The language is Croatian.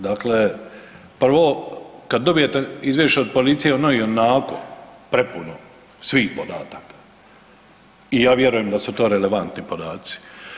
Dakle, prvo kad dobijete izvješće od policije ono je ionako prepuno svih podataka i ja vjerujem da su to relevantni podaci.